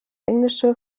englische